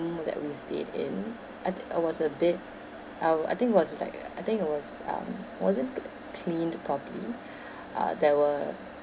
that we stayed in I thi~ it was a bit I we~ I think it was like I think it was um wasn't like cleaned properly uh there were